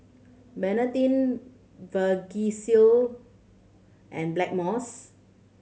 Betadine Vagisil and Blackmores